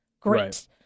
Great